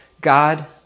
God